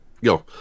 yo